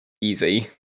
Easy